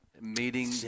meeting